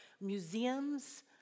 museums